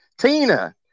Tina